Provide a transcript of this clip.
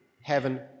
heaven